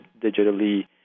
digitally